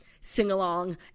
sing-along